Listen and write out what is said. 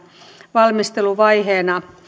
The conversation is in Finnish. valmisteluvaiheena